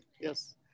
Yes